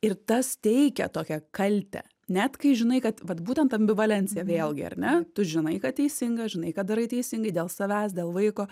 ir tas teikia tokią kaltę net kai žinai kad vat būtent ambivalencija vėlgi ar ne tu žinai kad teisinga žinai kad darai teisingai dėl savęs dėl vaiko